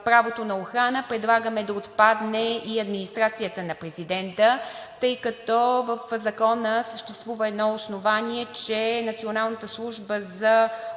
правото на охрана предлагаме да отпадне и администрацията на президента, тъй като в Закона съществува едно основание, че Националната служба за